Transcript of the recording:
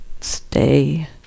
stay